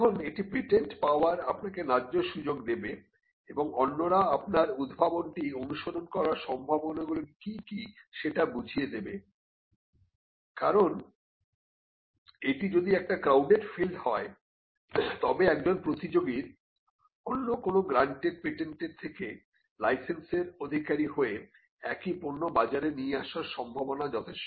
এখন এটি পেটেন্ট পাবার আপনাকে ন্যায্য সুযোগ দেবে এবং অন্যরা আপনার উদ্ভাবনটি অনুকরণ করার সম্ভাবনাগুলি কি কি সেটা বুঝিয়ে দেবে কারণ এটি যদি একটি ক্রাউডেড ফিল্ড হয় তবে একজন প্রতিযোগীর অন্য কোন গ্রান্টেড পেটেন্টের থেকে লাইসেন্সের অধিকারী হয়ে একই পণ্য বাজারে নিয়ে আসার সম্ভাবনা যথেষ্ট